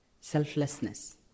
selflessness